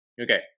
Okay